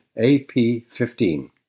AP15